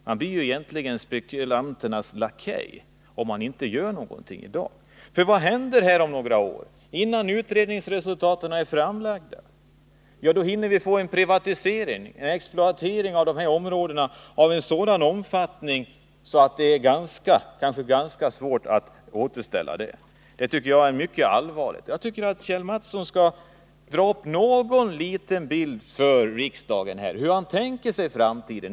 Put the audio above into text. Man blir egentligen spekulanternas lakej om man inte gör någonting i dag. Vad händer här om några år? Innan utredningsresultaten är framlagda hinner vi få en privatisering och exploatering av de här områdena i en sådan omfattning att det kan bli ganska svårt att återställa dem i tidigare skick. Det är mycket allvarligt. Jag tycker att Kjell Mattsson skall ge riksdagen någon liten bild av hur han tänker sig framtiden.